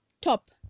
top